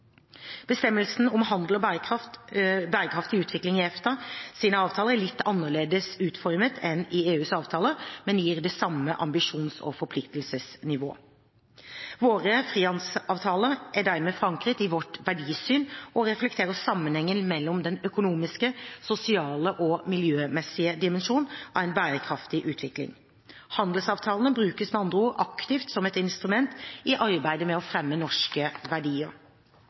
om handel og bærekraftig utvikling i EFTAs avtaler er litt annerledes utformet enn i EUs avtaler, men gir det samme ambisjons- og forpliktelsesnivå. Våre frihandelsavtaler er dermed forankret i vårt verdisyn, og reflekterer sammenhengen mellom den økonomiske, sosiale og miljømessige dimensjon av en bærekraftig utvikling. Handelsavtalene brukes med andre ord aktivt som et instrument i arbeidet med å fremme norske verdier.